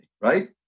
right